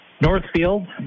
Northfield